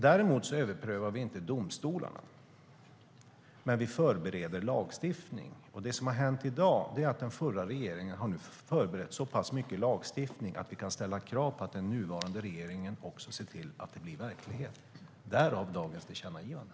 Vi överprövar inte domstolarna, men vi förbereder lagstiftningen. Den förra regeringen har förberett så mycket lagstiftning att vi kan ställa krav på att den nuvarande regeringen ser till att det blir verklighet. Därav dagens tillkännagivanden.